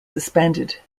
suspended